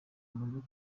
amaze